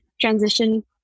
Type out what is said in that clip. transition